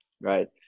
right